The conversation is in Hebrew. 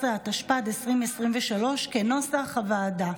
19), התשפ"ד 2023, כנוסח הוועדה.